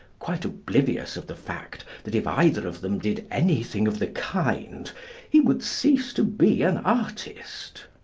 quite oblivious of the fact that if either of them did anything of the kind he would cease to be an artist.